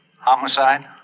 Homicide